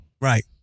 Right